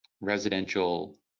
residential